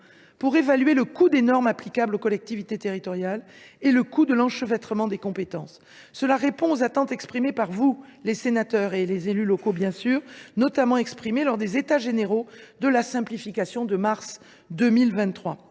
pour évaluer le coût des normes applicables aux collectivités territoriales et celui de l’enchevêtrement des compétences. Cela répond aux attentes exprimées par les sénateurs et les élus locaux lors des états généraux de la simplification de mars 2023.